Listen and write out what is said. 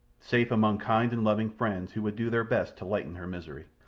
safe among kind and loving friends who would do their best to lighten her misery.